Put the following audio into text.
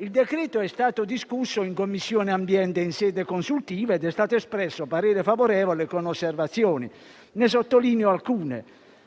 Il decreto-legge è stato discusso in 13a Commissione in sede consultiva ed è stato espresso parere favorevole con osservazioni. Ne sottolineo alcune: